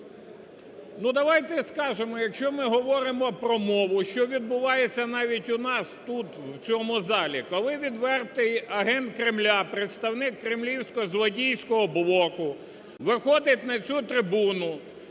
Ну, давайте скажемо, якщо ми говоримо про мову, що відбувається навіть у нас тут, в цьому залі, коли відвертий агент Кремля, представник кремлівсько-злодійського блоку виходить на цю трибуну,